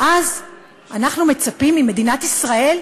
ואז אנחנו מצפים ממדינת ישראל,